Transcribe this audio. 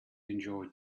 enjoyed